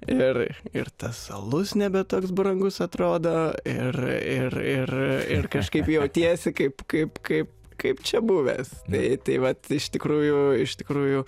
ir ir tas alus nebetoks brangus atrodo ir ir ir ir kažkaip jautiesi kaip kaip kaip kaip čia buvęs tai tai vat iš tikrųjų iš tikrųjų